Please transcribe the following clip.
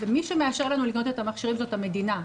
מי שמאשר לנו לקנות את המכשירים היא המדינה,